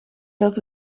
dat